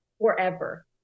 forever